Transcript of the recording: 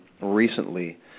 Recently